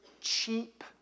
cheap